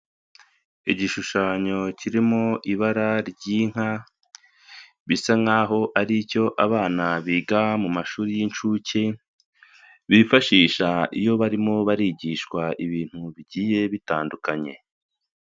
Igishushanyo kirimo ibara ry'inka bisa nk'aho ari icyo abana biga mu mashuri y'inshuke bifashisha iyo barimo barigishwa ibintu bigiye bitandukanye.